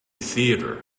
theatre